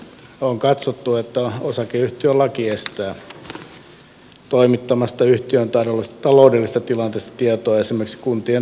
on katsottu että osakeyhtiölaki estää toimittamasta yhtiön taloudellisesta tilanteesta tietoa esimerkiksi kuntien tarkastuslautakunnille